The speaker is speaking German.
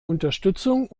unterstützung